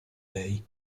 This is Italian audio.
lei